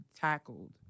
tackled